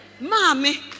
Mommy